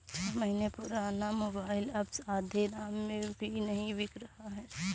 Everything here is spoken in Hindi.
छह महीने पुराना मोबाइल अब आधे दाम में भी नही बिक रहा है